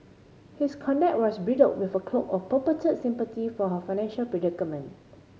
his conduct was bridled with a cloak of purported sympathy for her financial predicament